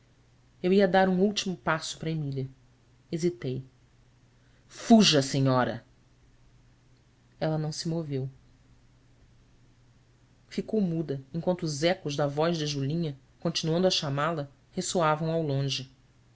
eu ia dar um último passo para emília hesitei uja senhora ela não se moveu ficou muda enquanto os ecos da voz de julinha continuando a chamá-la ressoavam ao longe